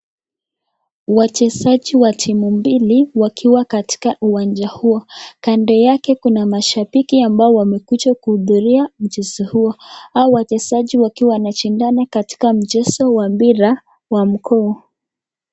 Wachezaji wa timu mbili wakiwa katika uwanja huo, kando yake kuna mashabiki ambao wamekuja kuhudhuria mchezo huu hawa wachezaji wakuwa wanashindana katika mchezo mpira wa mguu.